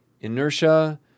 Inertia